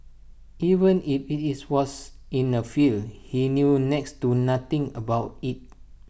even if IT was in A field he knew next to nothing about IT